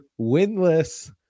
winless